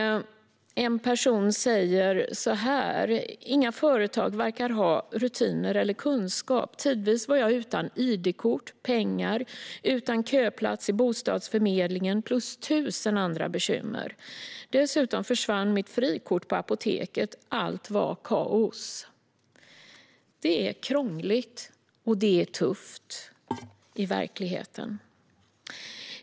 En person säger så här: "Inga företag verkar ha rutiner eller kunskap. Tidvis var jag utan ID, utan pengar, utan köplats i bostadsförmedlingen och tusen andra bekymmer. Dessutom försvann mitt frikort på apoteket . Allt var kaos." Det är krångligt och tufft i verkligheten.